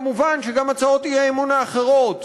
מובן שגם הצעות האי-אמון האחרות,